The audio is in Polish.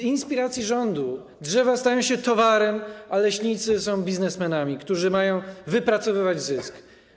Z inspiracji rządu drzewa stają się towarem, a leśnicy są biznesmenami, którzy mają wypracowywać zysk.